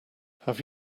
have